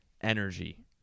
energy